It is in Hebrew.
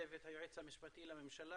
גם עם צוות היועץ המשפטי לממשלה,